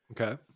Okay